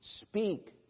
speak